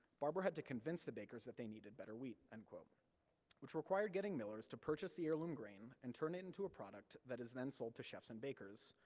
barber had to convince the bakers that they needed better wheat. and which required getting millers to purchase the heirloom grain and turn it into a product that is then sold to chefs and bakers,